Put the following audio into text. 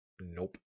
Nope